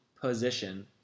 position